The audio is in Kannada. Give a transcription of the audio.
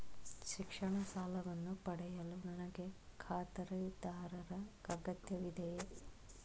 ಶಿಕ್ಷಣ ಸಾಲವನ್ನು ಪಡೆಯಲು ನನಗೆ ಖಾತರಿದಾರರ ಅಗತ್ಯವಿದೆಯೇ?